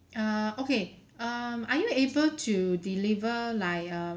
err okay um are you able to deliver like uh